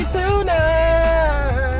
tonight